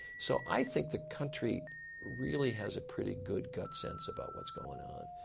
so i think the country really has a pretty good gut sense about what's going on.